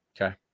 Okay